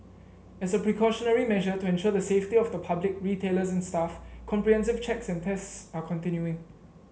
as a precautionary measure to ensure the safety of the public retailers and staff comprehensive checks and tests are continuing